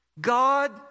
God